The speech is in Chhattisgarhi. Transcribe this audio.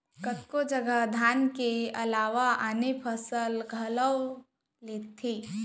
कतको जघा धान के अलावा आने फसल घलौ लेथें